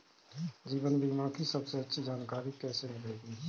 जीवन बीमा की सबसे अच्छी जानकारी कैसे मिलेगी?